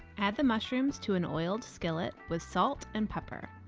add the mushrooms to an oiled skillet with salt and pepper.